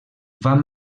van